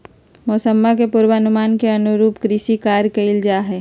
मौसम्मा के पूर्वानुमान के अनुरूप कृषि कार्य कइल जाहई